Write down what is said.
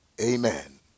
Amen